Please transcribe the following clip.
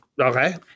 Okay